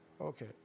Okay